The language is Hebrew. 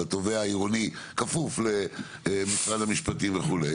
והתובע העירוני כפוף למשרד המשפטים וכו'.